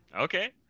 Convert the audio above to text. okay